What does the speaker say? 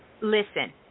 listen